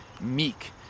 meek